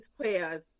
players